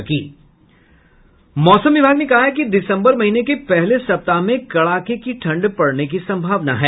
मौसम विभाग ने कहा है कि दिसम्बर महीने के पहले सप्ताह में कड़ाके की ठंड पड़ने की संभावना है